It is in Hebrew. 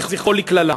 זכרו לקללה.